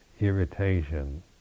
irritation